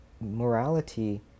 morality